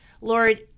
Lord